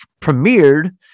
premiered